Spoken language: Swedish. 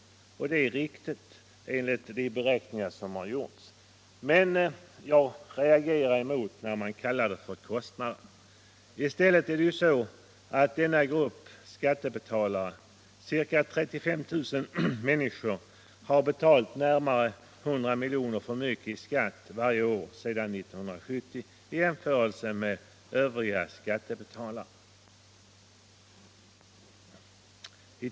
Det är riktigt enligt de beräkningar som gjorts. Men jag reagerar emot att man kallar det för kostnad. Denna grupp skattebetalare — ca 35 000 människor — har i stället betalat närmare 100 milj.kr. för mycket i skatt varje år sedan 1970 i jämförelse med övriga skattebetalare.